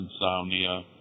insomnia